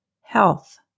Health